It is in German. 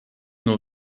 nur